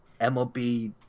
mlb